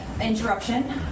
interruption